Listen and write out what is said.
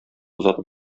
озатып